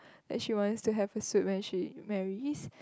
like she wants to have a suits when she marries